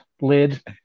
lid